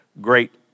Great